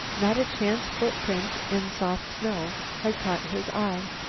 not a chance footprint in soft snow had caught his eye.